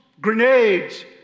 grenades